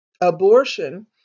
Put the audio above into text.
abortion